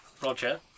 Roger